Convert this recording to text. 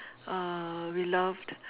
uh we loved